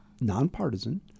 nonpartisan